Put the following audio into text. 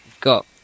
Got